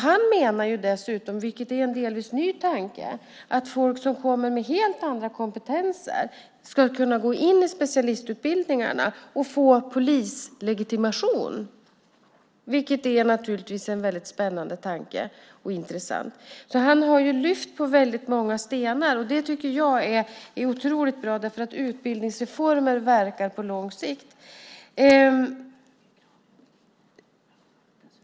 Han menar dessutom, vilket är en delvis ny tanke, att folk som kommer med helt andra kompetenser ska kunna gå in i specialistutbildningarna och få polislegitimation, vilket är en spännande och intressant tanke. Han har vänt på många stenar. Det tycker jag är bra därför att utbildningsreformer verkar på lång sikt.